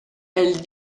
elle